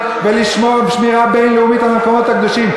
ולשמירה בין-לאומית על המקומות הקדושים.